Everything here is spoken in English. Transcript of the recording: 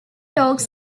talks